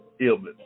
illness